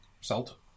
salt